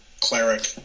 cleric